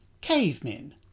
Cavemen